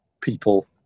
people